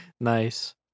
Nice